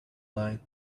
line